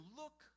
look